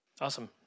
Awesome